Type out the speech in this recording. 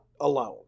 alone